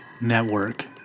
Network